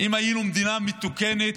אם היינו מדינה מתוקנת,